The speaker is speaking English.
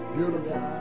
Beautiful